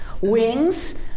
wings